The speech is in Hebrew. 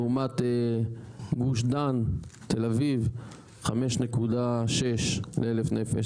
לעומת גוש דן, תל אביב, 5.6 ל-1,000 נפש.